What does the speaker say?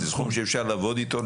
זה סכום שאפשר לעבוד איתו.